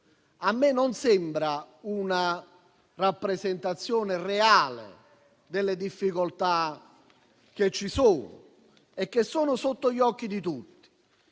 A me non sembra una rappresentazione reale delle difficoltà che ci sono e che sono sotto gli occhi di tutti.